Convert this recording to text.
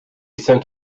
sent